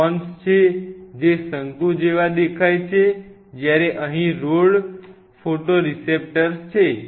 આ કોન્સ છે જે શંકુ જેવા દેખાય છે જ્યારે અહીં રૉડ ફોટોરેસેપ્ટર્સ છે